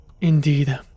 Indeed